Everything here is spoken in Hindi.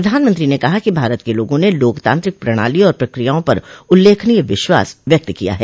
प्रधानमंत्री ने कहा कि भारत के लोगों ने लोकतांत्रिक प्रणाली और प्रक्रियाओं पर उल्लेखनीय विश्वास व्यक्त किया है